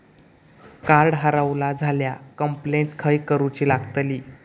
Card हरवला झाल्या complaint खय करूची लागतली?